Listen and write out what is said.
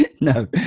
No